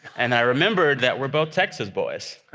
and i remembered that we're both texas boys,